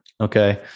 Okay